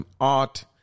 art